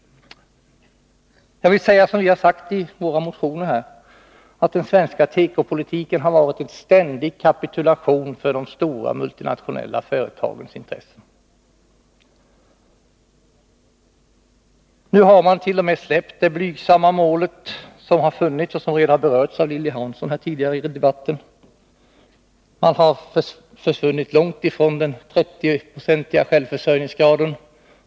Jag vill här säga som vi har sagt i våra motioner: Den svenska tekopolitiken har varit en ständig kapitulation för de stora multinationella företagens intressen. Nu har man, som Lilly Hansson redan har berört tidigare i debatten, t.o.m. släppt det blygsamma målet en 30-procentig självförsörjningsgrad.